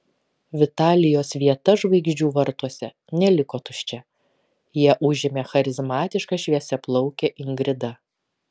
vitalijos vieta žvaigždžių vartuose neliko tuščia ją užėmė charizmatiška šviesiaplaukė ingrida